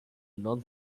non